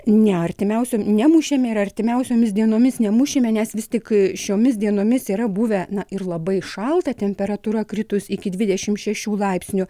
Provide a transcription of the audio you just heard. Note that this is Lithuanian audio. ne artimiausiom nemušėme ir artimiausiomis dienomis nemušime nes vis tik šiomis dienomis yra buvę na ir labai šalta temperatūra kritus iki dvidešim šešių laipsnių